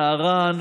נערן,